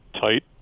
tight